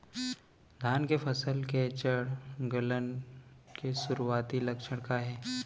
धान के फसल के जड़ गलन के शुरुआती लक्षण का हे?